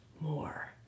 more